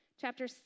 chapter